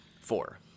Four